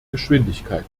geschwindigkeit